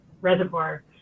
reservoir